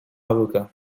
avocat